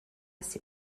ses